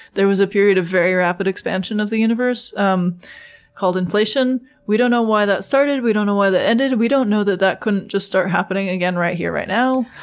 there was a period of very rapid expansion of the universe um called inflation. we don't know why that started. we don't know why it ended. we don't know that that couldn't just start happening again right here right now.